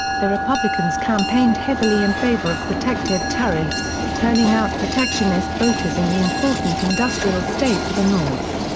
the republicans campaigned heavily in favor of protective tariffs, turning out protectionist voters in the important industrial states of the north.